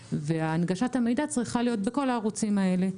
והנגשת המידע צריכה להיות בכל הערוצים האלה.